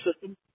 system